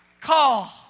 Call